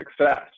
success